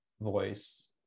voice